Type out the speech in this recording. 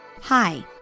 Hi